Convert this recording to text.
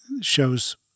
shows